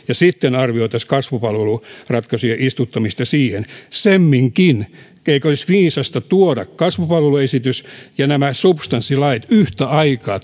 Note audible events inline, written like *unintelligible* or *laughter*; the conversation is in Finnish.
*unintelligible* ja sitten arvioitaisiin kasvupalveluratkaisujen istuttamista siihen eikö semminkin olisi viisasta tuoda kasvupalveluesitys ja substanssilait yhtä aikaa *unintelligible*